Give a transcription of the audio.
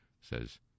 says